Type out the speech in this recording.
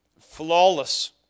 flawless